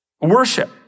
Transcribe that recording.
worship